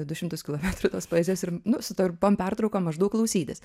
du šimtus kilometrų tos poezijos ir nu su trumpom pertraukom maždaug klausytis